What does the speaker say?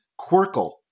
Quirkle